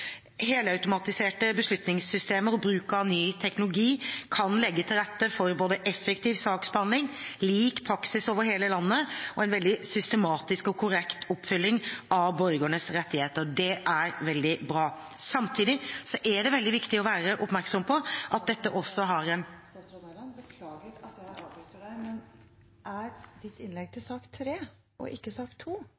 Helautomatiserte beslutningssystemer og bruk av ny teknologi kan legge til rette for både effektiv saksbehandling, lik praksis over hele landet og en veldig systematisk og korrekt oppfølging av borgernes rettigheter. Det er veldig bra. Samtidig er det veldig viktig å være oppmerksom på at dette også har en … Statsråd Mæland, beklager at jeg avbryter deg, men er ditt innlegg til